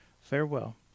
FAREWELL